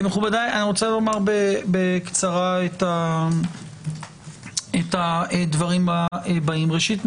אני רוצה לומר בקצרה את הדברים הבאים: ראשית,